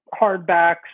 hardbacks